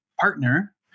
partner